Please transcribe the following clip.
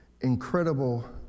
incredible